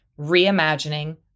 reimagining